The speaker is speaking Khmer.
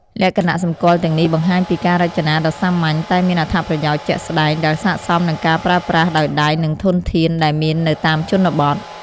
លក្ខណៈសម្គាល់ទាំងនេះបង្ហាញពីការរចនាដ៏សាមញ្ញតែមានអត្ថប្រយោជន៍ជាក់ស្តែង ដែលស័ក្តិសមនឹងការប្រើប្រាស់ដោយដៃ និងធនធានដែលមាននៅតាមជនបទ។